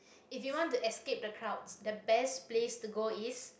if you want to escape the crowds the best place to go is